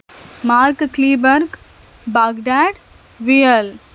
mark క్లీబర్గ్ బగ్ డ్యాడ్ వీఎల్